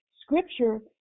scripture